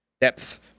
Depth